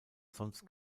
sonst